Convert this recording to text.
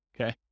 okay